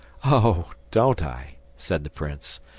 oh! don't i? said the prince.